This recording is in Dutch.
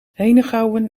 henegouwen